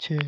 छे